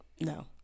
No